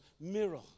mirror